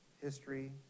history